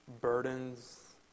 burdens